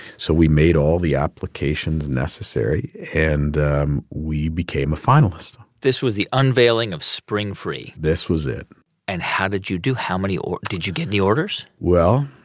so we made all the applications necessary, and we became a finalist this was the unveiling of springfree this was it and how did you do? how many did you get any orders? well,